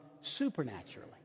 supernaturally